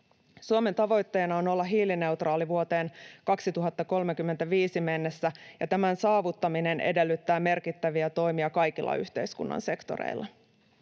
Suomen tavoitteena on olla hiilineutraali vuoteen 2035 mennessä, ja tämän saavuttaminen edellyttää merkittäviä toimia kaikilla yhteiskunnan sektoreilla.